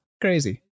Crazy